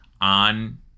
on